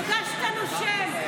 תודה שאתה נושם.